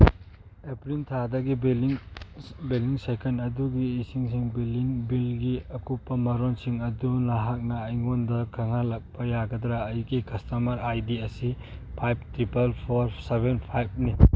April ꯊꯥꯗꯒꯤ billing cycle ꯑꯗꯨꯒꯤ ꯏꯁꯤꯡꯁꯤꯡ ꯕꯤꯜꯒꯤ ꯑꯀꯨꯞꯄ ꯃꯔꯣꯜꯁꯤꯡ ꯑꯗꯨ ꯅꯍꯥꯛꯅ ꯑꯩꯉꯣꯟꯗ ꯈꯪꯍꯜꯂꯛꯄ ꯌꯥꯒꯗ꯭ꯔ ꯑꯩꯒꯤ ꯀꯁꯇꯃꯔ ꯑꯥꯏ ꯗꯤ ꯑꯁꯤ ꯐꯥꯏꯚ ꯇ꯭ꯔꯤꯄꯜ ꯐꯣꯔ ꯁꯚꯦꯟ ꯐꯥꯏꯚꯅꯤ